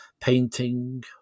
painting